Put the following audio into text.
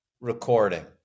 recording